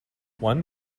one